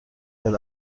کرد